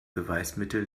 beweismittel